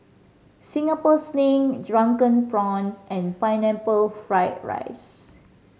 Singapore Sling Drunken Prawns and Pineapple Fried rice